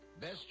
Best